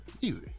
Easy